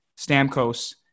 Stamkos